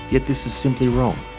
yet this is simply wrong.